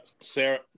Sarah